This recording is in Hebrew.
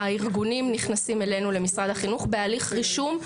הארגונים נכנסים אלינו למשרד החינוך בהליך רישום,